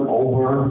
over